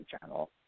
channel